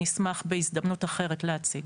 נשמח בהזדמנות אחרת להציג.